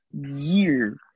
year